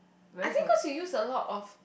I think cause you use a lot of